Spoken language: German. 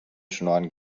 schnorren